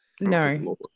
No